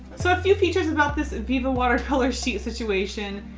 so a few features about this viviva watercolor sheet situation.